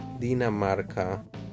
Dinamarca